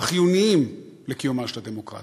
החיוניים לקיומה של הדמוקרטיה.